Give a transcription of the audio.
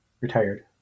retired